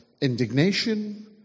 Indignation